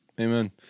Amen